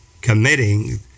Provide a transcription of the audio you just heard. committing